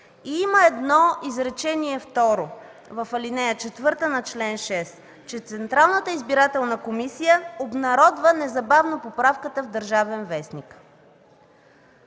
Има едно изречение второ в ал. 4, на чл. 6, че Централната избирателна комисия обнародва незабавно поправката в „Държавен вестник“.